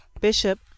Bishop